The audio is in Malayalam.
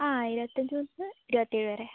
ആ ഇരുപത്തഞ്ച് തൊട്ട് ഇരുപത്തിയേഴ് വരെ